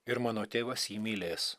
ir mano tėvas jį mylės